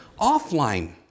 offline